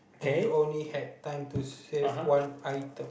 and you only have time to save one item